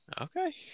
okay